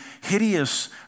hideous